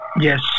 Yes